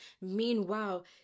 Meanwhile